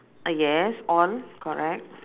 uh yes all correct